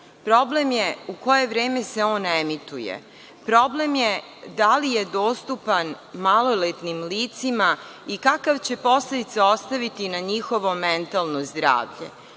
Problem je u koje vreme se on emituje. Problem je da li je dostupan maloletnim licima i kakve će posledice ostaviti na njihovo mentalno zdravlje.